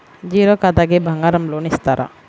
Zero ఖాతాకి బంగారం loan ఇస్తారా?